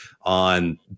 on